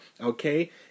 Okay